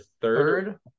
Third